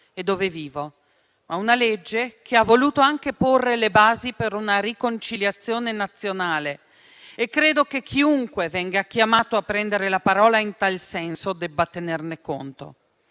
e dove vivo; una legge che ha voluto anche porre le basi per una riconciliazione nazionale e credo che chiunque venga chiamato a prendere la parola in tal senso debba tenerne conto.